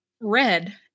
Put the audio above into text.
red